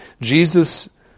Jesus